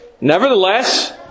Nevertheless